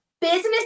Business